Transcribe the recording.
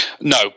No